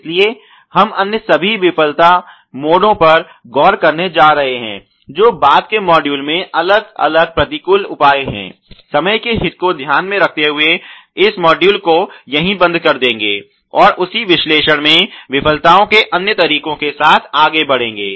इसलिए हम अन्य सभी विफलता मोडों पर गौर करने जा रहे हैं जो बाद के मॉड्यूल में अलग अलग प्रतिकूल उपाय हैं समय के हित को ध्यान मे रखते हुए इस मॉड्यूल को यहीं बंद कर देंगे और उसी विश्लेषण में विफलताओं के अन्य तरीकों के साथ आगे बढ़ेंगे